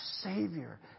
Savior